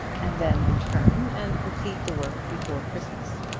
and then return and complete the work before christmas.